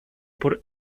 por